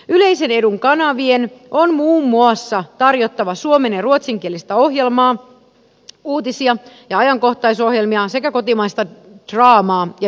yleisen edun kanavien on muun muassa tarjottava suomen ja ruotsinkielistä ohjelmaa uutisia ja ajankohtaisohjelmia sekä kotimaista draamaa ja dokumentteja